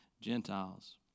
Gentiles